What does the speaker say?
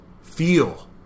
feel